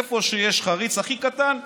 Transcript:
איפה שיש חריץ הכי קטן,